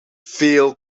veel